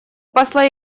посла